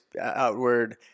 outward